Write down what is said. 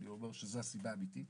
אני אומר שזו הסיבה האמיתית